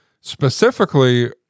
specifically